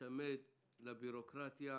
להיצמד לבירוקרטיה,